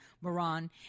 Moran